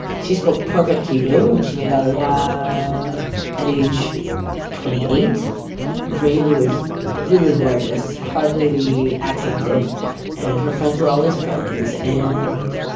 she spoke perfect hebrew, and she made aliyah at age twenty eight. her hebrew was really gorgeous, hardly accented and her friends were all israelis and